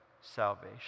salvation